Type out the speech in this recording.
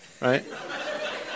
right